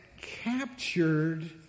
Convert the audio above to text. captured